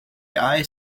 eye